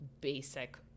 basic